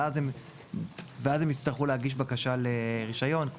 ואז הן יצטרכו להגיש בקשה לרישיון.